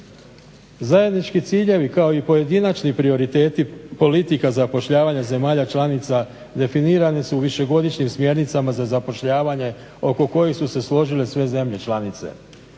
Zajednički ciljevi, kao i pojedinačni prioriteti politika zapošljavanja zemalja članica definirani su višegodišnjim smjernicama za zapošljavanje oko kojih su se složile sve zemlje članice.